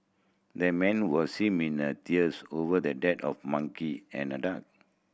the man was seen mean a tears over the dead of monkey and a duck